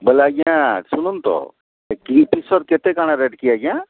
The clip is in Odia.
ବୋଇଲେ ଆଜ୍ଞା ଶୁଣନ୍ତୁ ଏ କିଙ୍ଗଫିସର୍ କେତେ କାଣା ରେଟ୍କି ଆଜ୍ଞା